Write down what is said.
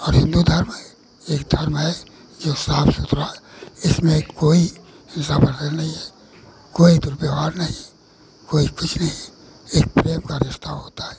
और हिन्दू धर्म एक धर्म है जो साफ सुथरा इसमें कोई हिंसा वग़ैरह नहीं है कोई दुर्व्यवहार नहीं कोई कुछ नहीं एक प्रेम का रस्ता होता है